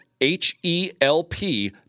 H-E-L-P